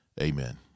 Amen